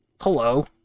hello